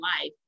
life